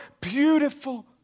beautiful